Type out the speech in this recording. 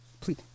Please